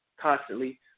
Constantly